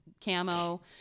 camo